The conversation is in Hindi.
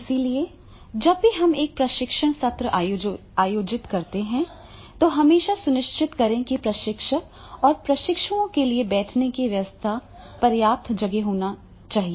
इसलिए जब भी हम एक प्रशिक्षण सत्र आयोजित करते हैं तो हमेशा सुनिश्चित करें कि प्रशिक्षक और प्रशिक्षुओं के लिए बैठने की व्यवस्था पर्याप्त जगह होनी चाहिए